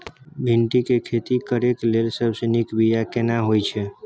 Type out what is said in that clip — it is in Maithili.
भिंडी के खेती करेक लैल सबसे नीक बिया केना होय छै?